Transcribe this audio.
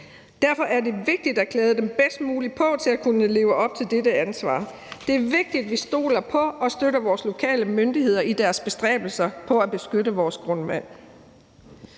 Derfor er det vigtigt at klæde dem bedst muligt på til at kunne leve op til dette ansvar. Det er vigtigt, at vi stoler på og støtter vores lokale myndigheder i deres bestræbelser på at beskytte vores grundvand.